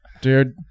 Dude